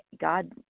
God